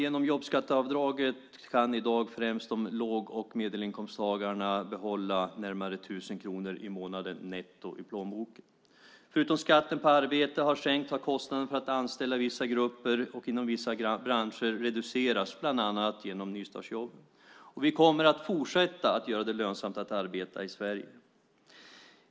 Genom jobbskatteavdraget kan i dag främst låg och medelinkomsttagarna få närmare 1 000 kronor mer i månaden netto i plånboken. Förutom att skatten på arbete har sänkts har kostnaden för att anställa vissa grupper och inom vissa branscher reducerats bland annat genom nystartsjobben. Vi kommer att fortsätta att göra det lönsamt att arbeta i Sverige.